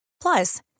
Plus